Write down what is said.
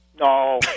No